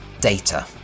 data